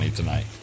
tonight